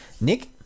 Nick